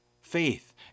faith